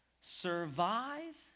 survive